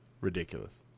Ridiculous